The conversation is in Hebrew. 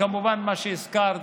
כמובן מה שהזכרת,